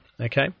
Okay